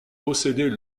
possédait